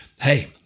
hey